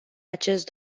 acest